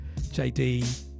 JD